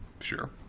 sure